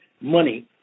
money